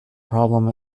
problem